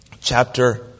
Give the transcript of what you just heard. chapter